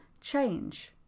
change